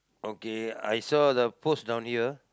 okay I saw the post down here